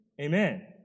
Amen